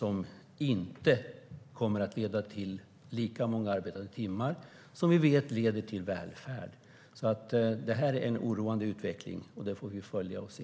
Det kommer inte att leda till lika många arbetade timmar, och vi vet att arbetade timmar leder till välfärd. Detta är alltså en oroande utveckling, och vi får följa den och se.